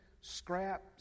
scrap